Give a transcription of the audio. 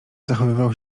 zachowywał